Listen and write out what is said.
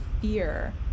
fear